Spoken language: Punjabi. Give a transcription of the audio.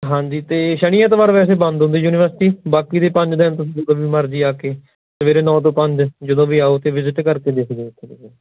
ਹਾਂਜੀ ਅਤੇ ਸ਼ਨੀ ਐਤਵਾਰ ਵੈਸੇ ਬੰਦ ਹੁੰਦੀ ਯੂਨੀਵਰਸਿਟੀ ਬਾਕੀ ਦੇ ਪੰਜ ਦਿਨ ਤੁਸੀਂ ਜਦੋਂ ਵੀ ਮਰਜ਼ੀ ਆ ਕੇ ਸਵੇਰੇ ਨੌ ਤੋਂ ਪੰਜ ਜਦੋਂ ਵੀ ਆਓ ਅਤੇ ਵਿਜ਼ਿਟ ਕਰਕੇ ਦੇਖ ਲਿਓ ਇੱਕ ਵਾਰ